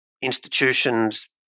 institutions